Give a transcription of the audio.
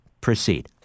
Proceed